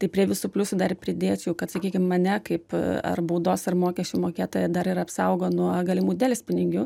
tai prie visų pliusų dar pridėčiau kad sakykim mane kaip ar baudos ar mokesčių mokėtoją dar ir apsaugo nuo galimų delspinigių